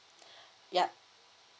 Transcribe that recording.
yup